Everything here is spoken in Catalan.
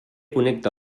connecta